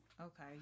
Okay